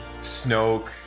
snoke